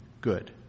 good